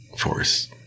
force